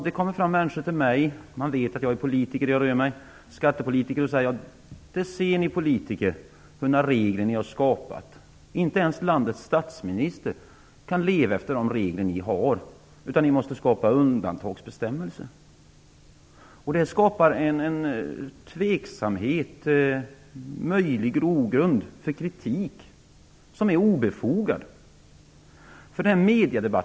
Det kommer fram människor till mig som vet att jag är skattepolitiker och säger: Där ser ni, politiker, vilka lagar ni har skapat! Inte ens landets statsminister kan leva efter de regler ni har infört, utan ni måste skapa undantagsbestämmelser. Det här skapar en tveksamhet och utgör en möjlig grogrund för kritik, som är obefogad.